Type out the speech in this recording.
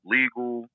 legal